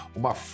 uma